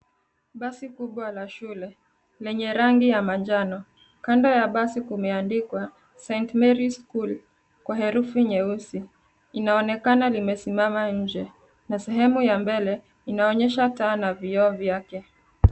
Basi kubwa la shule, lenye rangi ya manjano. Kando ya basi kumeandikwa, st mary's school kwa herufi nyeusi. Linaonekana limesimama nje na sehemu ya mbele, inaonyesha taa na vioo vyake.